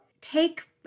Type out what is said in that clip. take